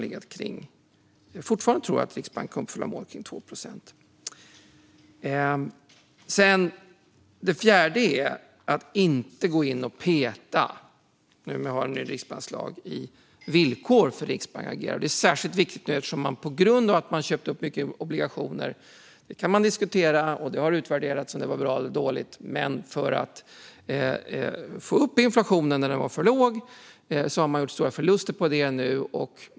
Jag tror fortfarande att Riksbanken kommer att uppfylla målet om 2 procent. Den fjärde saken är att inte gå in och peta i villkoren för hur Riksbanken agerar. Det gäller särskilt nu eftersom man har köpt upp många obligationer - det har diskuterats och utvärderats om det är bra eller dåligt - för att få upp inflationen när den varit för låg. Nu har det skett stora förluster.